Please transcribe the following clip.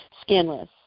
Skinless